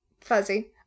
fuzzy